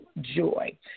joy